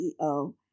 CEO